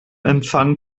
empfang